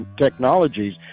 Technologies